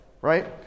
right